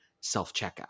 self-checkout